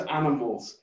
animals